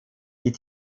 die